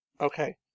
Okay